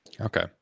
Okay